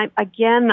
again